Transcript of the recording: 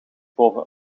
boven